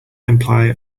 imply